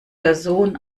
person